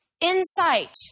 Insight